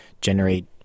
generate